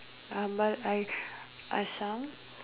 uh but i asam